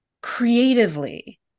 creatively